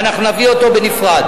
ואנחנו נביא אותו בנפרד.